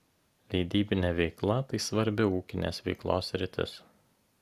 leidybinė veikla tai svarbi ūkinės veiklos sritis